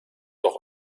doch